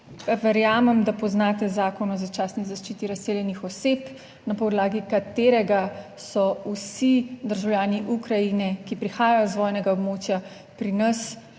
verjamem, da poznate Zakon o začasni zaščiti razseljenih oseb, na podlagi katerega so vsi državljani Ukrajine, ki prihajajo iz vojnega območja, pri nas